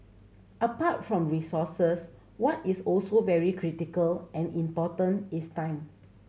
apart from resources what is also very critical and important is time